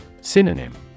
Synonym